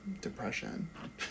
depression